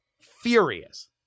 furious